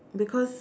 because